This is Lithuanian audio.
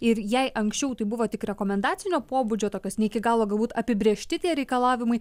ir jei anksčiau tai buvo tik rekomendacinio pobūdžio tokios ne iki galo galbūt apibrėžti tie reikalavimai